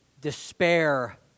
despair